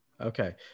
Okay